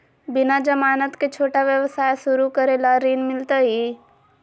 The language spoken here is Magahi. बिना जमानत के, छोटा व्यवसाय शुरू करे ला ऋण मिलतई?